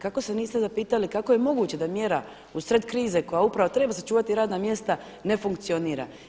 Kako se niste zapitali kako je moguće da mjera u sred krize, koja upravo treba sačuvati radna mjesta ne funkcionira?